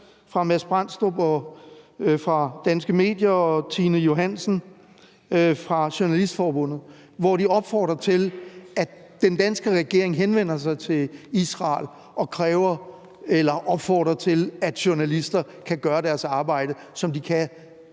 fra Mads Brandstrup fra Danske Medier og Tine Johansen fra Journalistforbundet, hvor de opfordrer til, at den danske regering henvender sig til Israel og opfordrer til, at journalister kan gøre deres arbejde, hvad de